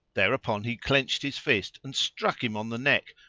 thereupon he clenched his fist and struck him on the neck,